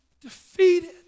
defeated